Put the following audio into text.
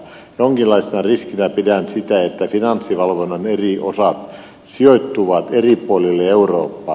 jonkinlaisena riskinä pidän sitä että finanssivalvonnan eri osat sijoittuvat eri puolille eurooppaa